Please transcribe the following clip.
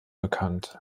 bekannt